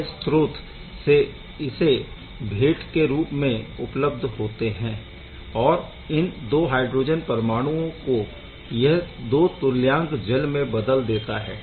यह स्रोत से इसे भेंट के रूप में उपलब्ध होते है और इन 2 हायड्रोजन परमाणुओं को यह 2 तुल्यांक जल में बदल देता है